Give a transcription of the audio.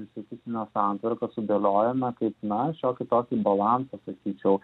institucinę santvarką sudėliojome kaip na šiokį tokį balansą sakyčiau